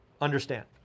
Understand